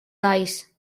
talls